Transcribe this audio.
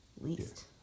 Least